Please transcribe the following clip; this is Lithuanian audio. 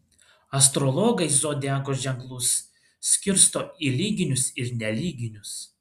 astrologai zodiako ženklus skirsto į lyginius ir nelyginius